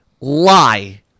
lie